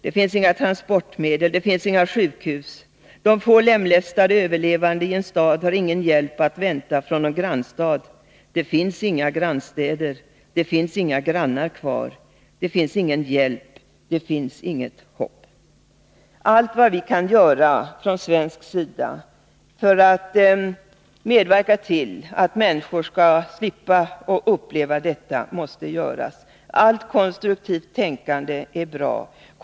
Det finns inga transportmedel. Det finns inga sjukhus. De få lemlästade överlevande i en stad har ingen hjälp att vänta från någon grannstad — det finns inga grannstäder eller grannar kvar. Det finns ingen hjälp. Det finns inget hopp.” Allt vad vi från svensk sida kan göra för att medverka till att människor skall slippa uppleva detta måste göras. Allt konstruktivt tänkande är bra.